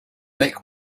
make